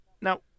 Now